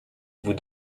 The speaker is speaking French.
vous